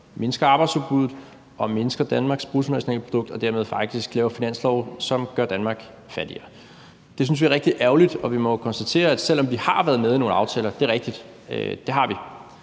mindsker arbejdsudbuddet og mindsker Danmarks bruttonationalprodukt og dermed faktisk laver finanslov, som gør Danmark fattigere. Det synes vi er rigtig ærgerligt, og vi må jo konstatere, at selv om vi har været med i nogle aftaler – det er rigtigt, det har vi